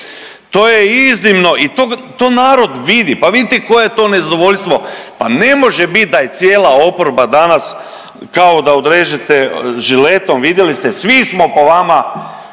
to je iznimno i to narod vidi. Pa vidite koje je to nezadovoljstvo, pa ne može bit da je cijela oporba danas kao da odrežete žiletom vidjeli ste, svi smo po vama,